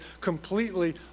completely